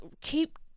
keep